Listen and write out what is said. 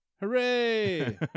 Hooray